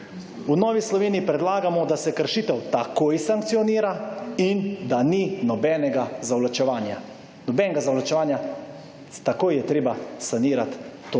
V Novi Sloveniji predlagamo, da se kršitev takoj sankcionira in da ni nobenega zavlačevanja. Nobenega zavlačevanja, takoj je treba sanirati to